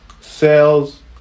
sales